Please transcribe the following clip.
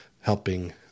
helping